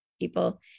people